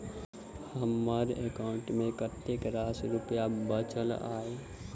हम्मर एकाउंट मे कतेक रास रुपया बाचल अई?